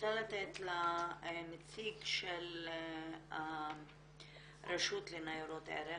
רוצה לתת לנציג של הרשות לניירות ערך,